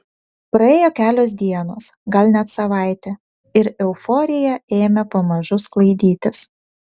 praėjo kelios dienos gal net savaitė ir euforija ėmė pamažu sklaidytis